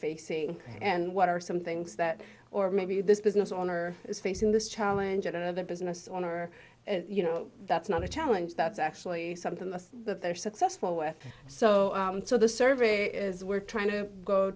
facing and what are some things that or maybe this business owner is facing this challenge yet another business owner you know that's not a challenge that's actually something that they're successful with so so the survey is we're trying to go